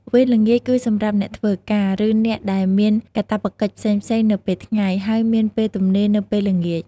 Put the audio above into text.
វេនល្ងាចគឺសម្រាប់អ្នកធ្វើការ ឬអ្នកដែលមានកាតព្វកិច្ចផ្សេងៗនៅពេលថ្ងៃ ហើយមានពេលទំនេរនៅពេលល្ងាច។